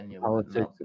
politics